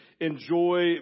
enjoy